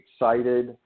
excited –